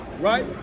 Right